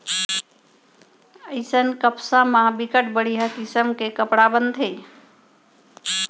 अइसन कपसा म बिकट बड़िहा किसम के कपड़ा बनथे